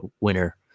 winner